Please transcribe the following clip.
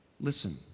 Listen